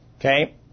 Okay